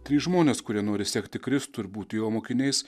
trys žmonės kurie nori sekti kristų ir būti jo mokiniais